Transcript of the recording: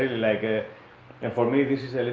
like ah and for me this is